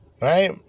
right